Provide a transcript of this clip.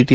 T